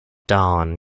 dawn